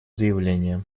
заявление